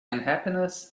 unhappiness